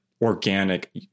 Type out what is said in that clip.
organic